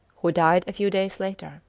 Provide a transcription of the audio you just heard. who died a few days later.